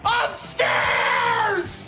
upstairs